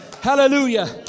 Hallelujah